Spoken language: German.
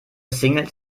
singles